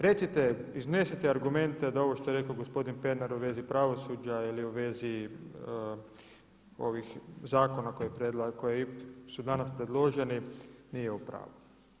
Recite, iznesite argumente da ovo što je rekao gospodin Pernar u vezi pravosuđa ili u vezi ovih zakona koji su danas predloženi nije u pravu.